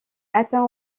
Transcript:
atteint